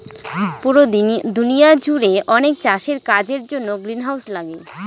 পুরো দুনিয়া জুড়ে অনেক চাষের কাজের জন্য গ্রিনহাউস লাগে